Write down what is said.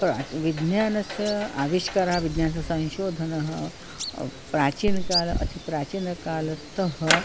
प्राचीन विज्ञानस्य आविष्कारः विज्ञानस्य संशोधनः प्राचीनकाले अतिप्राचीनकालतः